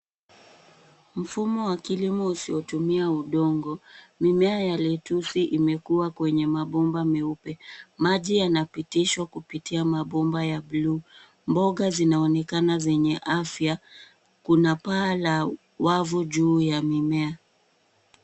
Mfumo wa kilimo usiotumia udongo. Mimea ya letusi imekuwa kwenye mabomba meupe. Maji yanapitishwa kupitia mabomba ya bluu. Mboga zinaonekana zenye afya. Kuna paa la wavu juu ya mimea.